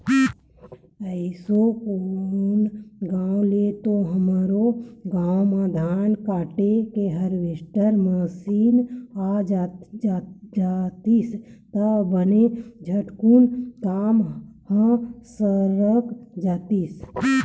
एसो कोन गाँव ले तो हमरो गाँव म धान काटे के हारवेस्टर मसीन आ जातिस त बने झटकुन काम ह सरक जातिस